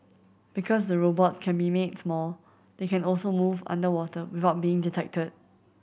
because the robots can be made small they can also move underwater without being detected